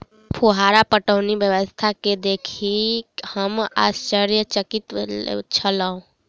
फुहार पटौनी व्यवस्था के देखि हम आश्चर्यचकित छलौं